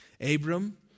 Abram